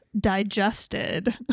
digested